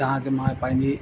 तव्हांखे मां पंहिंजी